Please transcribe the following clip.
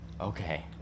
Okay